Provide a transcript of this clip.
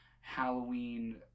Halloween